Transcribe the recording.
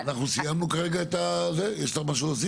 אנחנו סיימנו כרגע, יש לך משהו להוסיף?